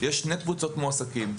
יש שתי קבוצות מועסקים,